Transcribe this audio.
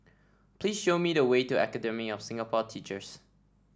please show me the way to Academy of Singapore Teachers